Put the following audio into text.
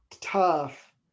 tough